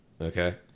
Okay